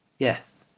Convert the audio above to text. yes!